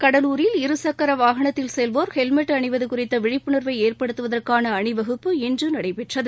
கடலூரில் இருசக்கர வாகனத்தில் செல்வோர் ஹெல்மெட் அணிவது குறித்த விழிப்புணர்வை ஏற்படுத்துவதற்கான அணிவகுப்பு இன்று நடைபெற்றது